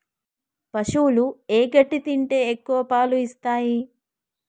పశువులు ఏ గడ్డి తింటే ఎక్కువ పాలు ఇస్తాయి?